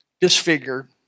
disfigured